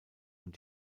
und